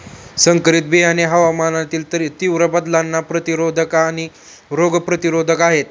संकरित बियाणे हवामानातील तीव्र बदलांना प्रतिरोधक आणि रोग प्रतिरोधक आहेत